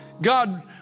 God